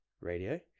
radio